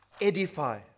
edify